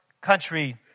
country